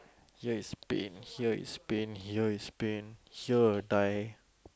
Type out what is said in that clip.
here is pain here is pain here is pain here will die